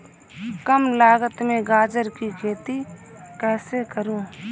कम लागत में गाजर की खेती कैसे करूँ?